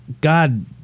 God